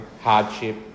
hardship